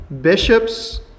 bishops